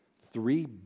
Three